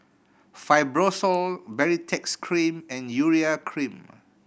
Fibrosol Baritex Cream and Urea Cream